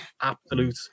absolute